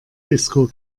disco